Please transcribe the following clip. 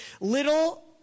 little